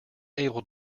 able